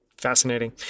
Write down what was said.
fascinating